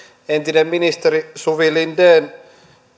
entinen ministeri suvi linden